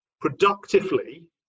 productively